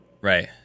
Right